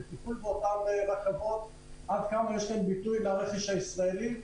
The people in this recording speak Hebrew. לטיפול באותן רכבות ועד כמה יש להם ביטוי ברכש הישראלי?